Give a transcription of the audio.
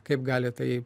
kaip gali tai